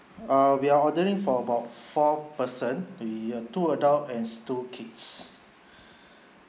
err we are ordering for about four person the two adults and two kids